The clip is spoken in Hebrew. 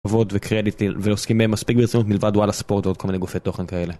ווד וקרדיטיל ועוסקים בהם מספיק ברצינות מלבד וואלה ספורט ועוד כל מיני גופי תוכן כאלה.